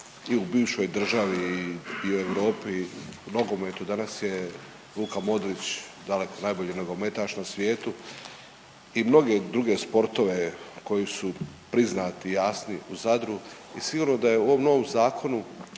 i u bivšoj državi i u Europi, u nogometu, danas je Luka Modrić daleko najbolji nogometaš na svijetu i mnoge druge sportove koji su priznati, jasni u Zadru i svi ono da je u ovom novom Zakonu